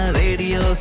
radio